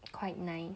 quite nice